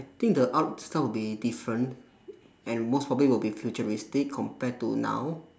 I think the art style will be different and most probably will be futuristic compared to now